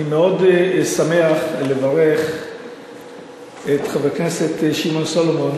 אני מאוד שמח לברך את חבר הכנסת שמעון סולומון